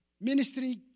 Ministry